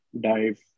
dive